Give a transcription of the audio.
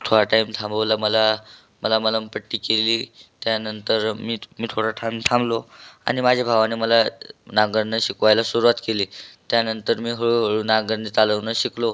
थोडा टाईम थांबवलं मला मला मलमपट्टी केली त्यानंतर मी मी थोडा ठाईम थांबलो आणि माझ्या भावानं मला नांगरणं शिकवायला सुरुवात केली त्यानंतर मी हळूहळू नांगरणे चालवणं शिकलो